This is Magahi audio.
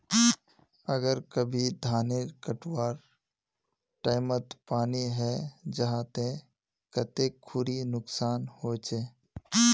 अगर कभी धानेर कटवार टैमोत पानी है जहा ते कते खुरी नुकसान होचए?